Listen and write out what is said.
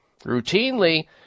routinely